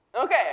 Okay